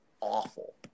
awful